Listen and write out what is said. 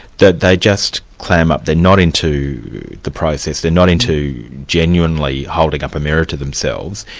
that they just clam up, they're not into the process, they're not into genuinely holding up a mirror to themselves,